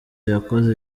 yakoze